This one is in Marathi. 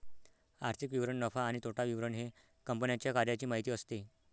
आर्थिक विवरण नफा आणि तोटा विवरण हे कंपन्यांच्या कार्याची माहिती असते